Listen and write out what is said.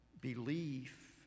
belief